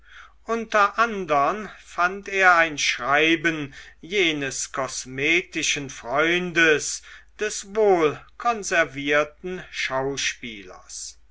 unter andern fand er ein schreiben jenes kosmetischen freundes des wohlkonservierten schauspielers